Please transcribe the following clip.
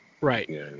right